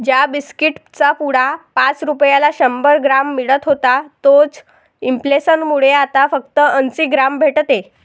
ज्या बिस्कीट चा पुडा पाच रुपयाला शंभर ग्राम मिळत होता तोच इंफ्लेसन मुळे आता फक्त अंसी ग्राम भेटते